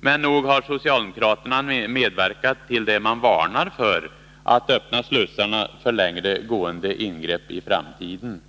men nog har socialdemokraterna medverkat till det man varnar för — att öppna slussarna för längre gående ingrepp i framtiden.